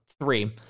Three